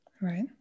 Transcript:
Right